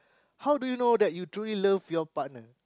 how do you know that you truly love your partner